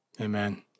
Amen